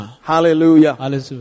Hallelujah